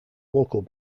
local